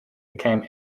became